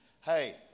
Hey